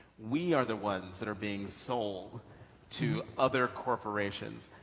we are the ones that are being sold to other corporations